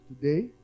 today